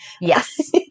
Yes